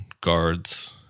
guards